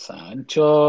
Sancho